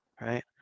right